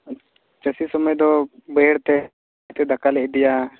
ᱪᱟᱥᱚᱜ ᱥᱚᱢᱚ ᱫᱚ ᱵᱟᱹᱭᱦᱟᱹᱲᱛᱮ ᱫᱟᱠᱟ ᱞᱮ ᱤᱫᱤᱭᱟ